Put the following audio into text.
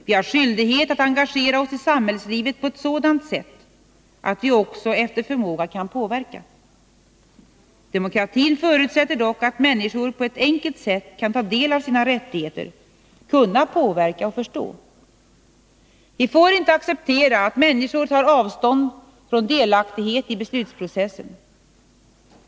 Vi har skyldighet att engagera oss i samhällslivet på ett sådant sätt att vi också efter förmåga kan påverka. Demokratin förutsätter dock att människor på ett enkelt sätt kan ta del av sina rättigheter, kan påverka och förstå. Vi får inte acceptera att människor tar avstånd från delaktighet i beslutsprocessen.